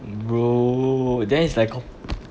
bro that is like cop~